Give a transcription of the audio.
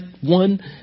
one